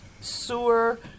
sewer